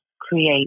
create